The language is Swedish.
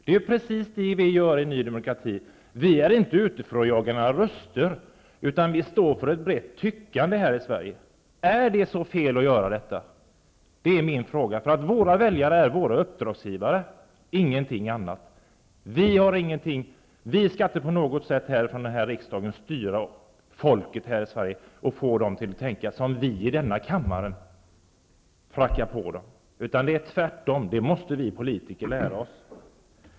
Det är precis vad vi gör i Ny demokrati. Vi är inte ute för att jaga några röster utan vi står för ett brett tyckande i Sverige. Är det så fel att göra det? Våra väljare är våra uppdragsgivare, ingenting annat. Vi skall inte härifrån riksdagen på något sätt styra folket i Sverige och försöka få dem att tänka som vi i denna kammare, pracka på dem, utan det är tvärtom. Det måste vi politiker lära oss.